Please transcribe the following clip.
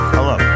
Hello